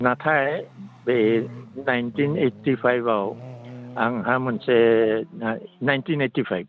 नाथाय बे nineteen eighty फाइभआव आंहा मोनसे नाइन्टिन एइटि फाइभ